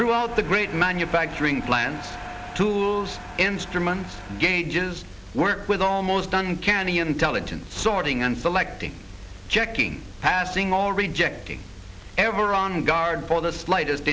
throughout the great manufacturing plants tools instruments gauges work with almost uncanny intelligence sorting and selecting jackie passing all rejecting ever on guard for the slightest